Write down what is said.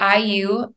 IU